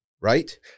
right